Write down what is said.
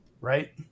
right